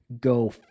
go